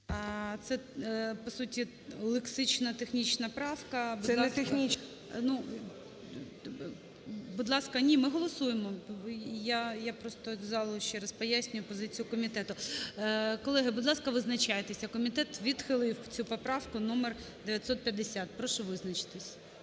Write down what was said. Це по суті лексична, технічна правка… Ну, будь ласка, ні, ми голосуємо. Я просто залу ще раз пояснюю позицію комітету. Колеги, будь ласка, визначайтеся. Комітет відхилив цю поправку номер 950. Прошу визначитись.